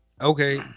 okay